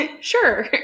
sure